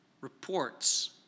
reports